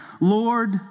Lord